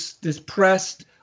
depressed